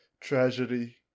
tragedy